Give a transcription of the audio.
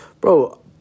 bro